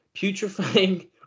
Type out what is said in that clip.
putrefying